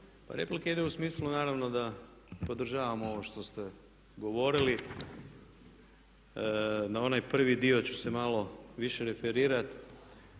replika ide u smislu naravno da podržavamo ovo što ste govorili. Na onaj prvi dio ću se malo više referirati.